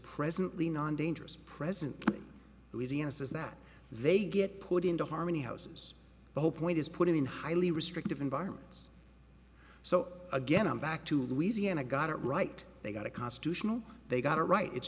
presently non dangerous presently louisiana says that they get put into harmony houses the whole point is put in highly restrictive environments so again i'm back to louisiana got it right they got a constitutional they got a right it's